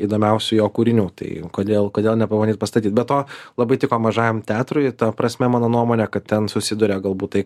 įdomiausių jo kūrinių tai kodėl kodėl nepabandyt pastatyt be to labai tiko mažajam teatrui ta prasme mano nuomone kad ten susiduria galbūt tai